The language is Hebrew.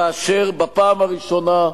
כאשר בפעם הראשונה,